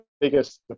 biggest